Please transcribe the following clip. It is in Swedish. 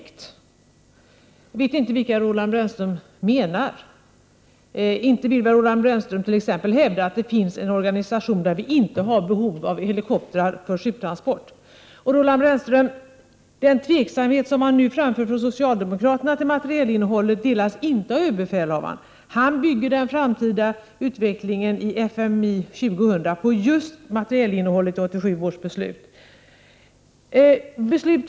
Jag vet inte vilka objekt Roland Brännström menar när han talar om tveksamma sådana. Inte vill väl Roland Brännström hävda att vi har en organisation, där det inte finns behov av helikoptrar för sjuktransport? Den tveksamhet som man nu för fram från socialdemokraterna inför materielinnehållet delas inte av överbefälhavaren. Han bedömer den framtida utvecklingen i FMI 2 000 efter just materielinnehållet i 1987 års beslut.